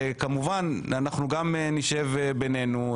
כמובן שגם נשב בינינו,